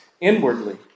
inwardly